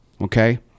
Okay